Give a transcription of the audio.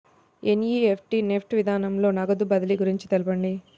NEFT NEFT విధానంలో నగదు బదిలీ గురించి తెలుపండి?